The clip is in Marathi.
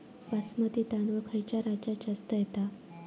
बासमती तांदूळ खयच्या राज्यात जास्त येता?